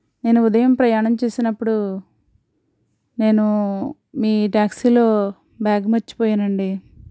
నేను ఉదయం ప్రయాణం చేసినప్పుడు నేను మీ టాక్సీలో బ్యాగ్ మర్చిపోయాను అండి